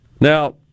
Now